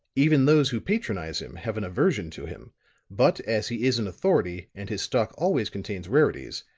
even those who patronize him have an aversion to him but as he is an authority, and his stock always contains rarities,